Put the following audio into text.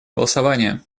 голосование